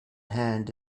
hand